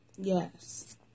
Yes